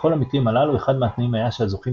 בכל המקרים הללו אחד מהתנאים היה שהזוכים